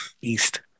East